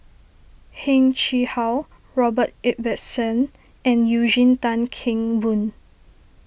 Heng Chee How Robert Ibbetson and Eugene Tan Kheng Boon